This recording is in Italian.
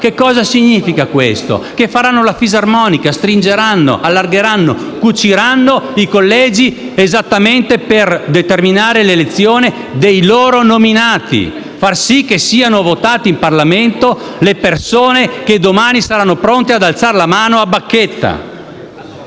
Ciò significa che faranno la fisarmonica, stringeranno, allargheranno, cuciranno i collegi per determinare esattamente l'elezione dei loro nominati, facendo sì che siano votate in Parlamento le persone che domani saranno pronte ad alzare la mano a bacchetta.